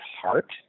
heart